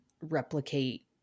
replicate